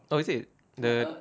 oh is it the